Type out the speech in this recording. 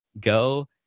go